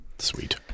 Sweet